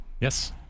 Yes